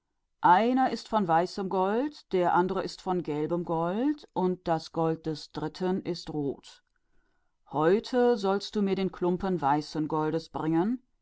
eins ist aus weißem gold ein anderes aus gelbem gold und das gold des dritten ist rot heute sollst du mir das stück weißen goldes bringen